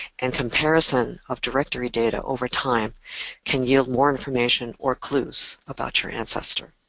and comparison of directory data over time can yield more information or clues about your ancestor.